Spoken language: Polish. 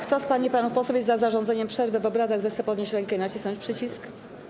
Kto z pań i panów posłów jest za zarządzeniem przerwy w obradach, zechce podnieść rękę i nacisnąć przycisk.